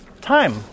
time